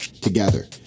Together